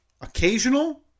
occasional